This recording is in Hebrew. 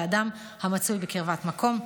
לאדם המצוי בקרבת מקום".